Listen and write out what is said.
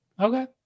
okay